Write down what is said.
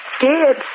scared